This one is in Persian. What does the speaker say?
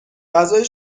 غذای